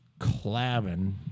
Clavin